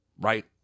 Right